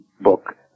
book